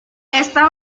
esta